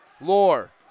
Lore